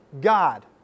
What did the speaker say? God